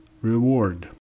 reward